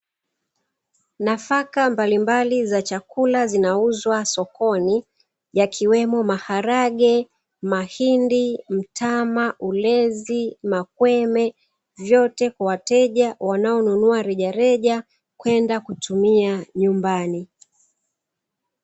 Nafaka mbalimbali za chakula zinauzwa sokoni. Yakiwemo: maharage, mahindi, mtama, ulezi, makweme; vyote kwa wateja wanaonunua rejareja kwenda kutumia nyumbani.